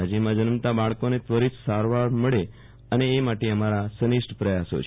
રાજ્યમાં જન્મતા બાળકોને ત્વરિત સારવાર મળે એ અમારા સનિષ્ઠ પ્રયાસો છે